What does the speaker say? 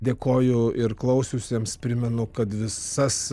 dėkoju ir klausiusiems primenu kad visas